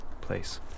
place